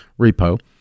repo